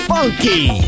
Funky